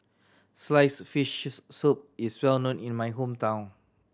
sliced fishes soup is well known in my hometown